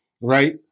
right